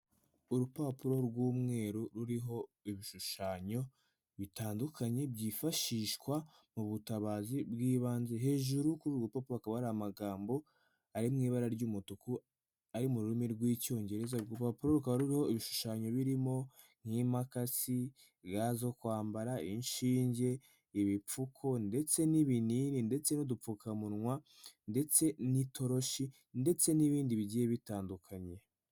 Urupapuro rw'umweru ruriho ibishushanyo bitandukanye, byifashishwa mu butabazi bw'ibanze, hejuru kuri urwo rupapuro hakaba hari amagambo ari mu ibara ry'umutuku, ari mu rurimi rw'Icyongereza, urwo rupapuro rukaba ruriho ibishushanyo birimo n'impakasi, ga zo kwambara, inshinge, ibipfuko ndetse n'ibinini ndetse n'udupfukamunwa ndetse n'itoroshi ndetse n'ibindi bigiye bitandukanye.